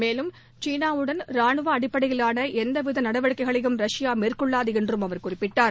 மேலும் சீனாவுடன் ராணுவ அடிப்படையிலான எந்தவித நடவடிக்கைகளையும் ரஷ்யா மேற்கொள்ளாது என்றும் அவர் குறிப்பிட்டார்